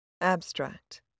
Abstract